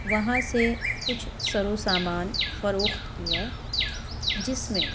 وہاں سے کچھ سر و سامان فروخت کیا جس میں